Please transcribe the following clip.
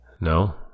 No